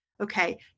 okay